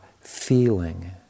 feeling